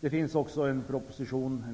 Det finns också en